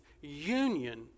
union